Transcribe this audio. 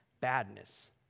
badness